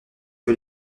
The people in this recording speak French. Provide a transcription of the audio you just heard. que